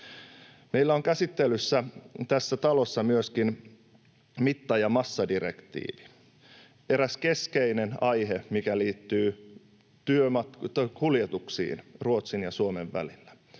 Meillä on käsittelyssä tässä talossa myöskin mitta- ja massadirektiivi, eräs keskeinen aihe, mikä liittyy kuljetuksiin Ruotsin ja Suomen välillä.